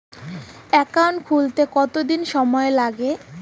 Account খুলতে কতদিন সময় লাগে?